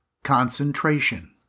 Concentration